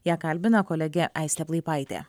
ją kalbina kolegė aistė plaipaitė